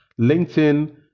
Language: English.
LinkedIn